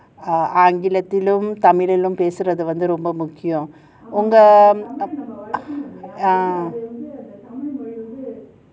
err ஆங்கிலத்திலும் தமிழிலும் பேசுறது வந்து ரொம்ப முக்கியம்:aangilathilum thamillium pesurathu vanthu romba mukkiyam ah